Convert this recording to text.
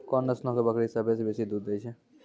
कोन नस्लो के बकरी सभ्भे से बेसी दूध दै छै?